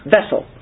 Vessel